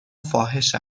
فاحش